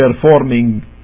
performing